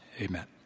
Amen